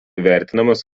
vertinamas